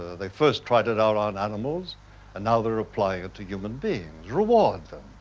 they first tried it out on animals and now they're applying it to human beings, reward them.